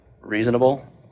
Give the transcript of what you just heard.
reasonable